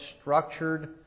structured